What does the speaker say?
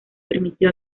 permitió